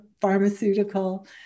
pharmaceutical